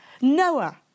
Noah